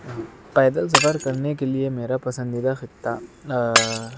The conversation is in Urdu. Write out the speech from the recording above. پیدل سفر کرنے کے لیے میرا پسندیدہ خطہ